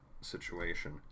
situation